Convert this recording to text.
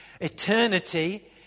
eternity